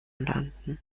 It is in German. landen